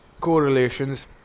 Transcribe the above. correlations